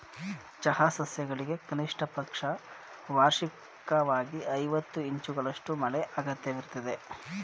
ಚಹಾ ಸಸ್ಯಗಳಿಗೆ ಕನಿಷ್ಟಪಕ್ಷ ವಾರ್ಷಿಕ್ವಾಗಿ ಐವತ್ತು ಇಂಚುಗಳಷ್ಟು ಮಳೆ ಅಗತ್ಯವಿರ್ತದೆ